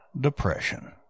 Depression